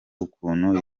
ukuntu